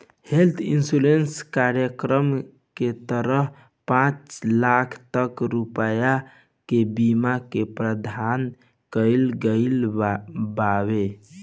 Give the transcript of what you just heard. health insurance कार्यक्रम के तहत पांच लाख तक रुपिया के बीमा के प्रावधान कईल गईल बावे